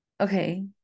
Okay